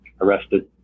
arrested